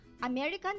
American